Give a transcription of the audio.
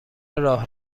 راه